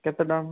କେତେ ଟଙ୍କା